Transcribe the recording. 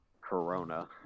Corona